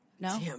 No